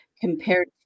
compared